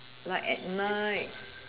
like at night